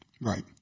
Right